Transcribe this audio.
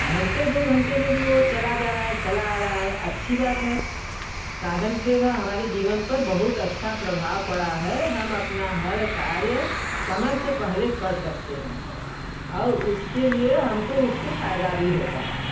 घंटे दो घंटे में भी हो चला जा रहा है चल आ रहा है अच्छी बात है साधन से न हमारे जीवन पर बहुत अच्छा प्रभाव पड़ा है हम अपना हर कार्य समय से पहले कर सकते हैं और उसके लिए हमको उससे फायदा भी होता है